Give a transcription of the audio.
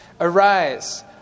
Arise